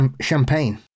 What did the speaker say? Champagne